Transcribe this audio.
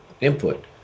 Input